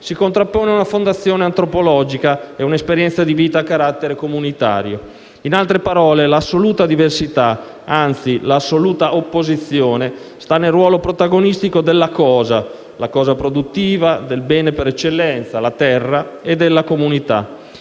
si contrappone una fondazione antropologica e un'esperienza di vita a carattere comunitario. In altre parole, la assoluta diversità (anzi, la assoluta opposizione) sta nel ruolo protagonistico della cosa - della cosa produttiva, del bene per eccellenza: la terra - e della comunità.